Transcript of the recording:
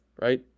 right